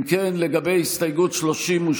אם כן, לגבי הסתייגות 32,